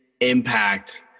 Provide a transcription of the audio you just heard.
impact